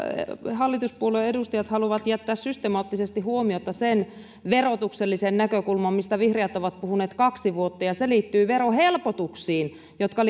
hallituspuolueiden edustajat haluavat jättää systemaattisesti huomiotta sen verotuksellisen näkökulman mistä vihreät ovat puhuneet kaksi vuotta ja se liittyy verohelpotuksiin jotka